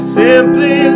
simply